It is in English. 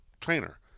trainer